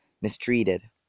mistreated